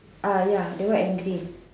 uh ya the one in green